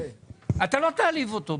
אתה לא תעליב אותו.